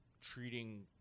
treating